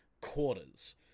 quarters